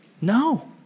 No